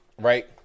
Right